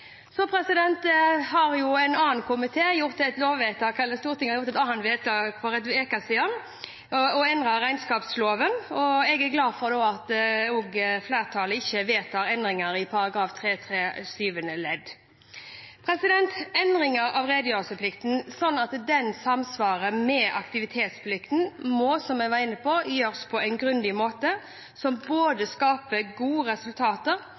Så har jo Stortinget gjort et annet vedtak, for en uke siden, og endret regnskapsloven, og jeg er glad for at flertallet ikke vedtar endringene i § 3-3 syvende ledd. Endringen av redegjørelsesplikten slik at den samsvarer med aktivitetsplikten, må – som jeg var inne på – gjøres på en grundig måte, som både skaper gode resultater